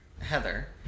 Heather